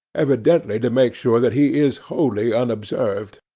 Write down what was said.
evidently to make sure that he is wholly unobserved.